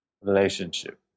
relationship